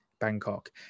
Bangkok